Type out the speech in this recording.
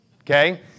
Okay